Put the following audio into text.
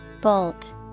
Bolt